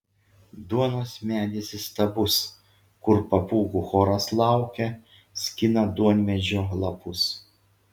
duonos medis įstabus kur papūgų choras laukia skina duonmedžio lapus